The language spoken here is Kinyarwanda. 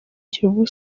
kiyovu